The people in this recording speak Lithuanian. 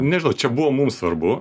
nežinau čia buvo mums svarbu